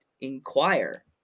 inquire